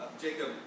Jacob